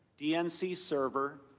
dnc server,